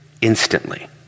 instantly